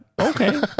Okay